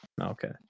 Okay